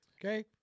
Okay